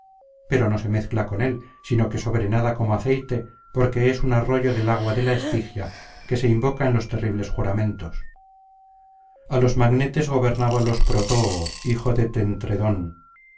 pero no se mezcla con él sino que sobrenada como aceite porque es un arroyo del agua de la estigia que se invoca en los terribles juramentos a los magnetes gobernábalos protoo hijo de tentredón